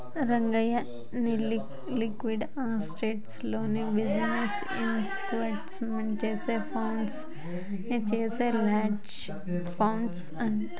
రంగయ్య, నీ liquid assets లో business investment చేసే ఫండ్స్ నే చేసే హెడ్జె ఫండ్ అంటారు